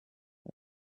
said